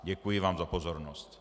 Děkuji vám za pozornost.